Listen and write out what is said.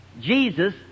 Jesus